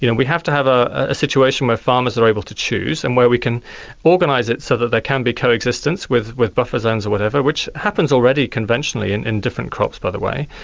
you know we have to have ah a situation where farmers are able to choose and where we can organise it so that there can be coexistence, with with buffer zones or whatever, which happens already conventionally and in different crops, by the way,